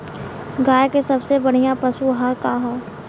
गाय के सबसे बढ़िया पशु आहार का ह?